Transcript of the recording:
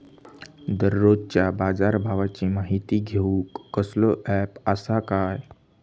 दररोजच्या बाजारभावाची माहिती घेऊक कसलो अँप आसा काय?